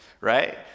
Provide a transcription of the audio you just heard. right